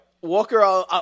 Walker